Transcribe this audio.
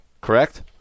Correct